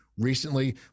Recently